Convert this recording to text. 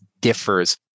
differs